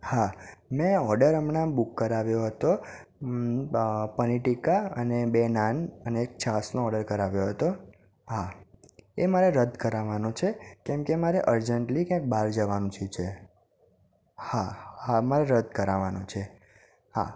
હા મેં ઓડર હમણાં બુક કરાવ્યો હતો બ પનીર ટીકા અને બે નાન અને એક છાશનો ઓડર કરાવ્યો હતો હા એ મારે રદ કરાવવાનો છે કેમકે મારે અર્જન્ટલી ક્યાંક બહાર જવાનું થયું છે હા હા મારે રદ કરાવવાનો છે હા